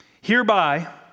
Hereby